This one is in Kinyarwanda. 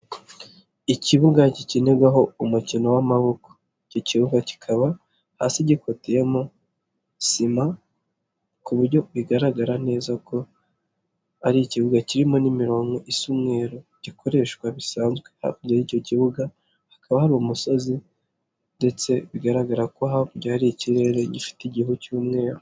Ikibuga gikinirwaho umukino w'amaboko, iki kibuga kikaba hasi gikutiyemo sima ku buryo bigaragara neza ko ari ikibuga kirimo n'imirongo icyumweru gikoreshwa bisanzwe. Hakurya y'icyo kibuga hakaba hari umusozi ndetse bigaragara ko hakurya hari ikirere gifite igihu cy'umweru.